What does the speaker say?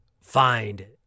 find